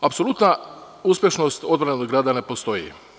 Apsolutna uspešnost odbrane od grada ne postoji.